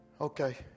Okay